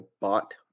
bought